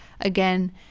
again